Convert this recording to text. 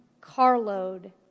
carload